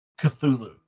Cthulhu